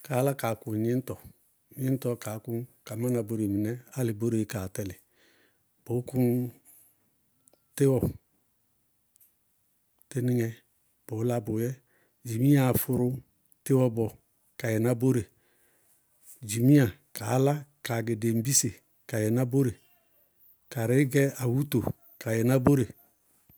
Kaá lá kaa kʋŋ gnɩñtɔ gnɩñtɔ'ɔ kaá kʋñ ka mána bóre mɩnɛ álɩ bóreé kaa tɛlɩ. Bʋʋ kʋŋ tɩwɔ, tɩnɩŋɛ, bʋʋlá bʋʋyɛ, dzimiyaá fʋrʋ tɩwɔ bɔɔ, ka yɛná bóre, dzimiya, kaá lá kaa ŋɛ dembise ka yɛná bóre. Karɩɩ gɛ awúto ka yɛná bóre.